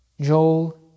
Joel